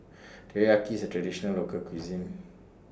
Teriyaki IS A Traditional Local Cuisine